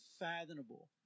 unfathomable